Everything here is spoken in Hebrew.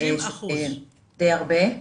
30%. די הרבה.